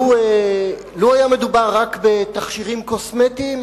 לו דובר רק בתכשירים קוסמטיים,